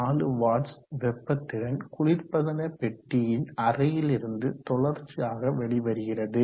4 watts வெப்ப திறன் குளிர்பதன பெட்டியின் அறையிலிருந்து தொடர்ச்சியாக வெளிவருகிறது